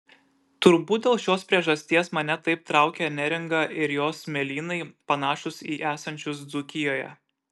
turbūt dėl šios priežasties mane taip traukia neringa ir jos smėlynai panašūs į esančius dzūkijoje